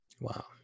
Wow